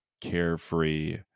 carefree